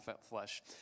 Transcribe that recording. flesh